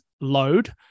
load